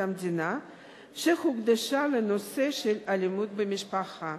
המדינה שהוקדשה לנושא של אלימות במשפחה